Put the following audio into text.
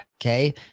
okay